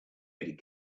getting